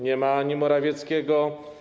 Nie ma ani Morawieckiego.